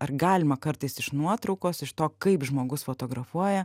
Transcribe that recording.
ar galima kartais iš nuotraukos iš to kaip žmogus fotografuoja